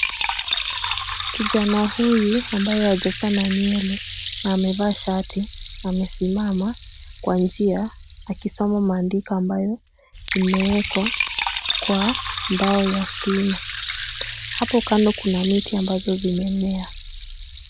Kijana huyu ambaye hajachana nywele na amevaa shati amesimama kwa njia, akisoma maandiko ambayo imeekwa kwa mbao ya stima. Hapo kando kuna miti ambazo zimemea.